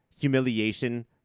humiliation